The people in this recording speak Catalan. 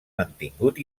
mantingut